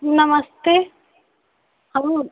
नमस्ते और